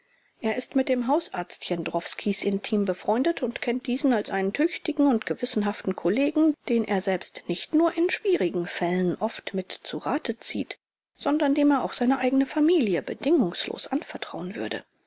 er ist mit dem hausarzt jendrowskis intim befreundet und kennt diesen als einen tüchtigen und gewissenhaften kollegen den er selbst nicht nur in schwierigen fällen oft mit zu rate zieht sondern dem er auch seine eigene familie bedingungslos anvertrauen würde